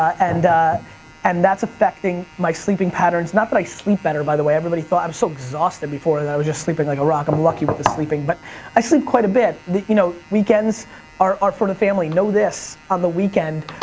and and that's affecting my sleeping patterns. not that i sleep better, by the way, everybody thought. i was so exhausted before that i was just sleeping like a rock, i'm lucky with the sleeping, but i sleep quite a bit. you know weekends are are for the family. no this on the weekend,